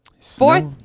Fourth